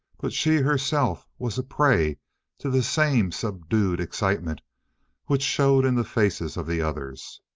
but she herself was a prey to the same subdued excitement which showed in the faces of the others.